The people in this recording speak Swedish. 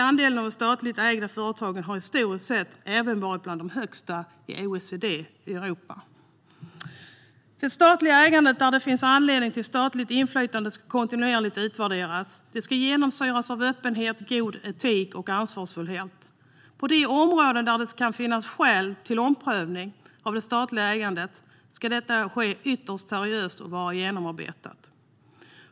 Andelen statligt ägda företag har i Sverige historiskt sett även varit bland de största i OECD och i Europa. Det statliga ägande där det finns anledning till statligt inflytande ska kontinuerligt utvärderas. Det ska genomsyras av öppenhet, god etik och ansvarsfullhet. På de områden där det kan finnas skäl till omprövning av det statliga ägandet ska detta ske ytterst seriöst och vara genomarbetat.